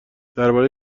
درباره